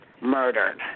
murdered